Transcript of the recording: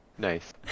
Nice